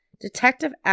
Detective